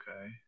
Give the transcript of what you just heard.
okay